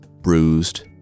bruised